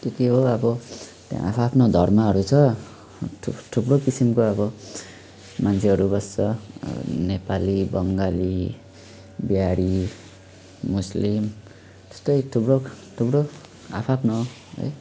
त्यति हो अब त्यहाँ आआफ्नो धर्महरू छ थु थुप्रो किसिमको अब मान्छेहरू बस्छ नेपाली बङ्गाली बिहारी मुस्लिम त्यस्तै थुप्रो थुप्रो आफआफ्नो है